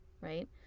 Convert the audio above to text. right